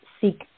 seek